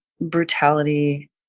brutality